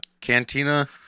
Cantina